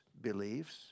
beliefs